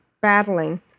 battling